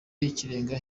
y’ikirenga